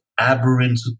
aberrant